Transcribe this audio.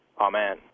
Amen